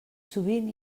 sovint